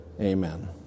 amen